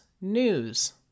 news